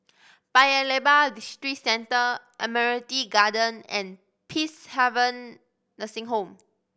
Paya Lebar Districentre Admiralty Garden and Peacehaven Nursing Home